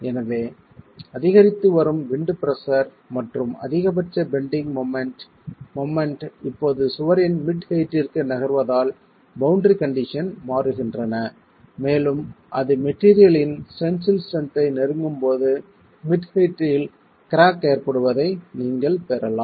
எனவே அதிகரித்து வரும் விண்ட் பிரஷர் மற்றும் அதிகபட்ச பெண்டிங் மொமெண்ட் மொமெண்ட் இப்போது சுவரின் மிட் ஹெயிட்டிற்கு நகர்வதால் பௌண்டரி கண்டிஷன் மாறுகின்றன மேலும் அது மெட்டீரியல் இன் டென்சில் ஸ்ட்ரென்த் ஐ நெருங்கும் போது மிட் ஹெயிட்டில் கிராக் ஏற்படுவதை நீங்கள் பெறலாம்